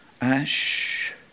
ash